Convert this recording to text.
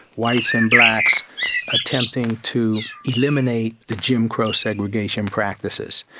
whites and blacks attempting to eliminate the jim crow segregation practices.